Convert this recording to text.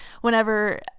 Whenever